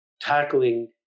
tackling